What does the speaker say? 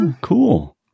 Cool